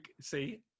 See